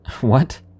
What